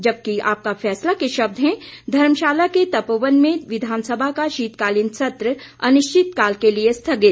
जबकि आपका फैसला के शब्द हैं धर्मशाला के तपोवन में विधानसभा का शीतकालीन सत्र अनिश्चित काल के लिए स्थगित